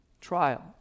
trial